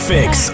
Fix